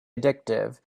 addictive